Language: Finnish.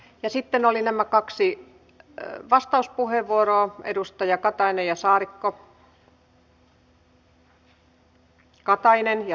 ja sitten oli nämä kaksi vastauspuheenvuoroa edustajat katainen ja saarikko